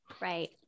Right